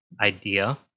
idea